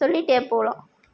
சொல்லிகிட்டே போகலாம்